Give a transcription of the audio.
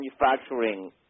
manufacturing